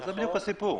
זה בדיוק הסיפור,